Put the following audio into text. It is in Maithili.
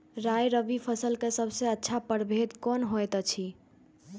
राय रबि फसल के सबसे अच्छा परभेद कोन होयत अछि?